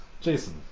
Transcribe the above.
Jason